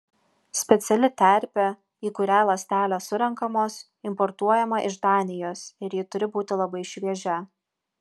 speciali terpė į kurią ląstelės surenkamos importuojama iš danijos ir ji turi būti labai šviežia